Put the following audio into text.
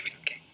okay